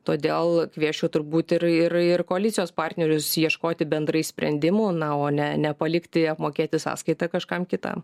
todėl kviesčiau turbūt ir ir ir koalicijos partnerius ieškoti bendrai sprendimų na o ne nepalikti apmokėti sąskaitą kažkam kitam